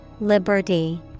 Liberty